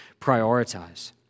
prioritize